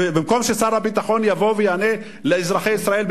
ובמקום ששר הביטחון יבוא ויענה לאזרחי ישראל,